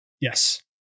Yes